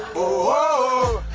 oooh,